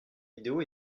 vidéo